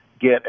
get